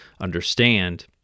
understand